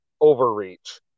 overreach